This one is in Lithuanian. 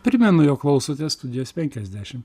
primenu jog klausote studijos penkiasdešimt